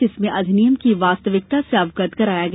जिसमें अधिनियम की वास्तविकता से अवगत कराया गया